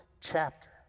chapter